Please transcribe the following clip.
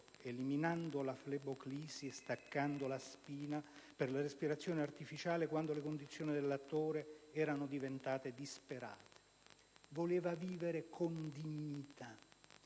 eliminando la flebloclisi e staccando la spina per la respirazione artificiale quando le condizioni dell'attore sono diventate disperate. «Voleva vivere con dignità.